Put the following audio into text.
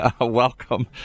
Welcome